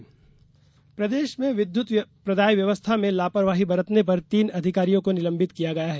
विद्युत प्रदाय कार्यवाही प्रदेश में विद्युत प्रदाय व्यवस्था में लापरवाही बरतने पर तीन अधिकारी को निलंबित किया गया है